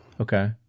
Okay